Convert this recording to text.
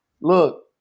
Look